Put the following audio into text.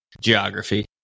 geography